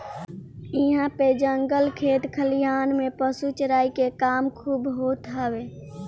इहां पे जंगल खेत खलिहान में पशु चराई के काम खूब होत हवे